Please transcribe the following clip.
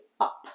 up